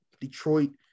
Detroit